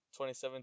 2017